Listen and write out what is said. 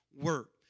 work